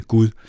Gud